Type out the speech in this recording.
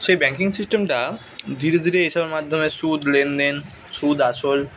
সেই ব্যাঙ্কিং সিস্টেমটা ধীরে ধীরে এসবের মাধ্যমে সুদ লেনদেন সুদ আসল